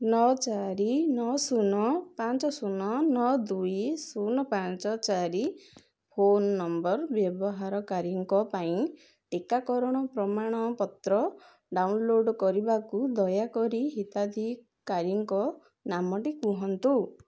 ନଅ ଚାରି ନଅ ଶୂନ ପାଞ୍ଚ ଶୂନ ନଅ ଦୁଇ ଶୂନ ପାଞ୍ଚ ଚାରି ଫୋନ୍ ନମ୍ବର୍ ବ୍ୟବହାରକାରୀଙ୍କ ପାଇଁ ଟିକାକରଣର ପ୍ରମାଣପତ୍ର ଡାଉନଲୋଡ଼୍ କରିବାକୁ ଦୟାକରି ହିତାଧିକାରୀଙ୍କ ନାମଟି ବାଛନ୍ତୁ